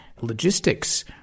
logistics